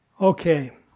Okay